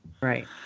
Right